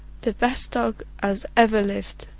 the best dog as ever lived!